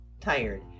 tired